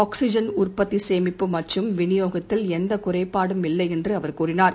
oxygen உற்பத்தி சேமிப்பு மற்றும் விநியோகத்தில் எந்த குறைபாடும் இல்லை என்ற அவர் கூறினார்